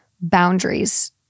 boundaries